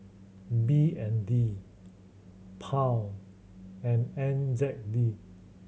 B N D Pound and N Z D